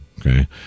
Okay